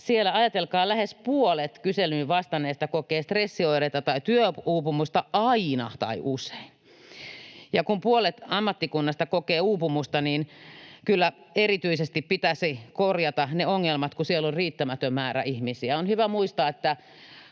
ajatelkaa, lähes puolet kyselyyn vastanneista kokee stressioireita tai työuupumusta aina tai usein. Kun puolet ammattikunnasta kokee uupumusta, niin kyllä erityisesti pitäisi korjata ne ongelmat, kun siellä on riittämätön määrä ihmisiä. On hyvä muistaa, että